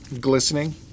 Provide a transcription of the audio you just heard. Glistening